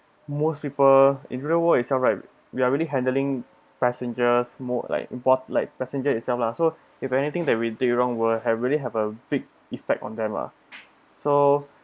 most people in real world itself right we are really handling passengers mode like what but like passenger itself lah so if anything that we do wrong will have really have a big effect on them lah so